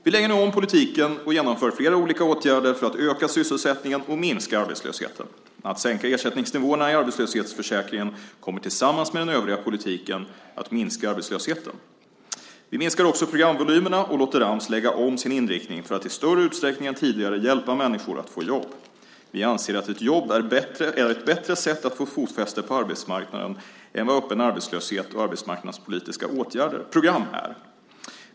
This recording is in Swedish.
Vi lägger nu om politiken och genomför flera olika åtgärder för att öka sysselsättningen och minska arbetslösheten. Att sänka ersättningsnivåerna i arbetslöshetsförsäkringen kommer tillsammans med den övriga politiken att minska arbetslösheten. Vi minskar också programvolymerna och låter Ams lägga om sin inriktning för att i större utsträckning än tidigare hjälpa människor att få jobb. Vi anser att ett jobb är ett bättre sätt att få fotfäste på arbetsmarknaden än vad öppen arbetslöshet och arbetsmarknadspolitiska program är.